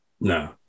No